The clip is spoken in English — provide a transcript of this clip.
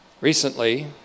Recently